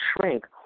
shrink